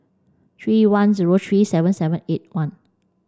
three one zero three seven seven eight one